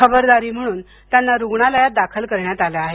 खबरदारी म्हणून त्यांना रुग्णालयात दाखल करण्यात आलं आहे